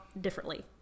differently